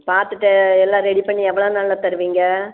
பார்த்துட்டு எல்லாம் ரெடி பண்ணி எவ்வளோ நாளில் தருவிங்க